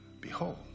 Behold